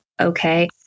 okay